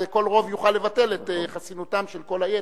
כל רוב יוכל לבטל את חסינותם של כל היתר.